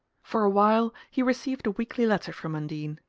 for a while he received a weekly letter from undine.